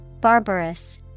barbarous